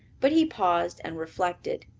but he paused and reflected.